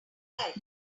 type